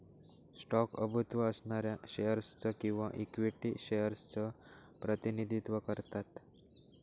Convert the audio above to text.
stock प्रभुत्व असणाऱ्या shares च किंवा इक्विटी शेअर्स च प्रतिनिधित्व करतात